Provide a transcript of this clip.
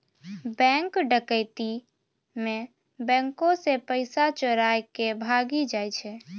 bank डकैती मे बैंको से पैसा चोराय के भागी जाय छै